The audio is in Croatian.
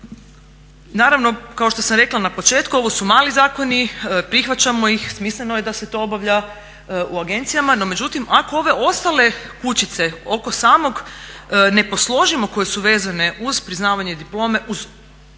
Naravno, kao što sam rekla na početku, ovo su mali zakoni, prihvaćamo ih, smisleno je da se to obavlja u agencijama no međutim ako ove ostale kućice oko samog ne posložimo koje su vezane uz priznavanje diplome, uz određivanje